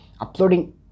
uploading